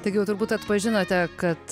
taigi jau turbūt atpažinote kad